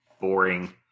boring